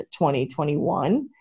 2021